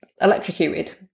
electrocuted